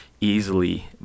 easily